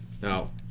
Now